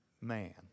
man